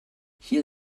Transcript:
hier